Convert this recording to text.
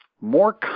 more